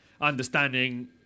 understanding